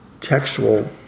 textual